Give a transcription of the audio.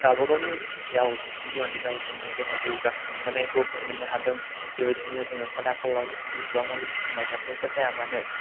गावबा गावनि रावजों बिमानि रावजोंनो जोङो जौगाखांबोनायखौ मोननो हादों बेबायदिनो जोङो खना खनला जिसिबांमानि बुहुमाव जाथायफोर जायामानो